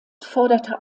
forderte